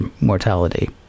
mortality